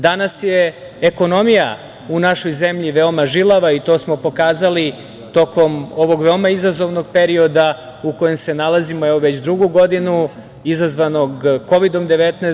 Danas je ekonomija u našoj zemlji veoma žilava, i to smo pokazali tokom ovog veoma izazovnog perioda u kojem se nalazimo već drugu godinu, izazvanog Kovidom-19.